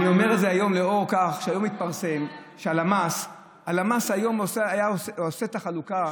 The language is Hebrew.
אני אומר את זה היום לאור כך שהיום התפרסם שהלמ"ס עושה את החלוקה,